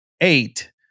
eight